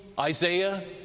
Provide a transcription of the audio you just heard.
isaiah,